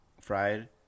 fried